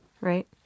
right